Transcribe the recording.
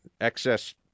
excess